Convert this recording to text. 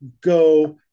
go